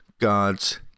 God's